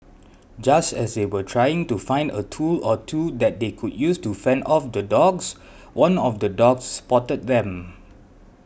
just as they were trying to find a tool or two that they could use to fend off the dogs one of the dogs spotted them